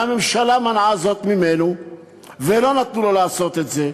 והממשלה מנעה זאת ממנו ולא נתנו לעשות את זה,